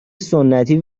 سنتی